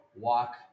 walk